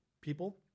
people